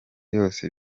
yose